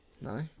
no